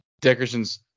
Dickerson's